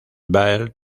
bell